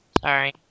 sorry